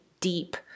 deep